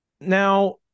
Now